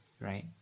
right